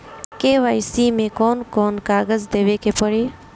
KYC मे कौन कौन कागज देवे के पड़ी?